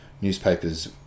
newspapers